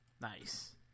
nice